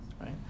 right